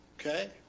Okay